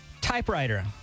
Typewriter